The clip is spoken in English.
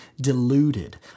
deluded